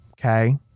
okay